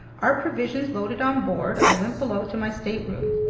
our provisions loaded on board, i went below to my stateroom.